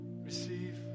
receive